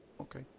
okay